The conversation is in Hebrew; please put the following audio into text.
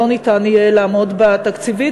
לא ניתן יהיה לעמוד בה תקציבית.